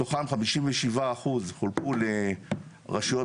מתוכן חמישים ושבעה אחוז חולקו לרשויות